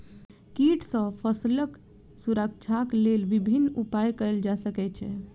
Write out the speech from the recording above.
कीट सॅ फसीलक सुरक्षाक लेल विभिन्न उपाय कयल जा सकै छै